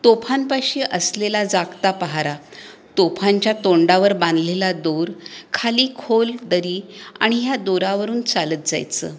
तोफांपाशी असलेला जागता पहारा तोफांच्या तोंडावर बांधलेला दोर खाली खोल दरी आणि ह्या दोरावरून चालत जायचं